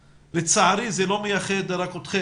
לצערי זה לא מייחד רק אתכם,